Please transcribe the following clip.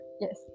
yes